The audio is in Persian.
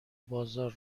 بازار